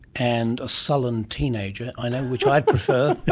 and a sullen teenager, i know which i'd prefer.